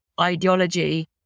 ideology